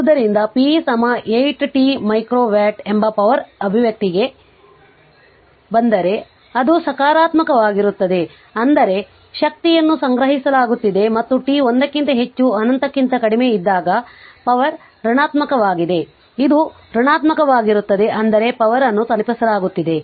ಆದ್ದರಿಂದ p 8 t micro watt ಎಂಬ power ಅಭಿವ್ಯಕ್ತಿಗೆ ಬಂದರೆ ಅದು ಸಕಾರಾತ್ಮಕವಾಗಿರುತ್ತದೆ ಅಂದರೆ ಶಕ್ತಿಯನ್ನು ಸಂಗ್ರಹಿಸಲಾಗುತ್ತಿದೆ ಮತ್ತು t 1 ಕ್ಕಿಂತ ಹೆಚ್ಚು ಅನಂತಕ್ಕಿಂತ ಕಡಿಮೆ ಇದ್ದಾಗ ಪವರ್ ಋಣಾತ್ಮಕವಾಗಿದೆ ಅದು ಋಣಾತ್ಮಕವಾಗಿರುತ್ತದೆ ಅಂದರೆ ಪವರ್ ಅನ್ನು ತಲುಪಿಸಲಾಗುತ್ತಿದೆ